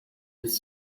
its